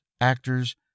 actors